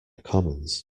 commons